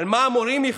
על מה המורים יכתבו?